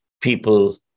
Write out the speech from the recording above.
People